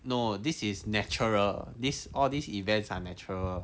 no this is natural this all these events are natural